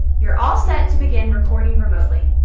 you're all set to begin recording remotely.